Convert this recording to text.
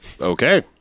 Okay